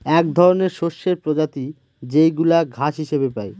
এক ধরনের শস্যের প্রজাতি যেইগুলা ঘাস হিসেবে পাই